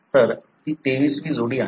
तर ती 23 वी जोडी आहे